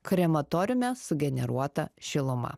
krematoriume sugeneruota šiluma